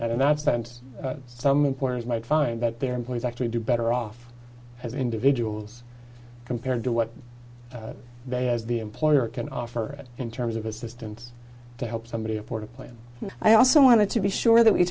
and that spend some employers might find that their employees actually do better off as individuals compared to what they as the employer can offer in terms of assistance to help somebody afford a plan i also wanted to be sure that we